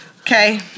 Okay